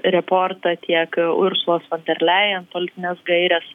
reportą tiek ursulos fonderlein politines gaires